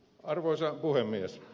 arvoisa puhemies